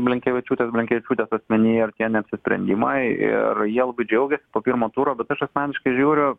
blinkevičiūtės blinkevičiūtės asmenyje ir tie neapsisprendimai ir jie labai džiaugėsi po pirmo turo bet aš asmeniškai žiūriu